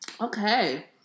okay